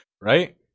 Right